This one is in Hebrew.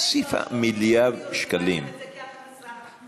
זה פליטי שואה,